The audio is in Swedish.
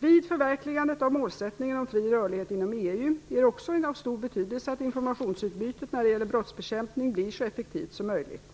Vid förverkligandet av målsättningen om fri rörlighet inom EU är det också av stor betydelse att informationsutbytet när det gäller brottsbekämpning blir så effektivt som möjligt.